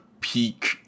peak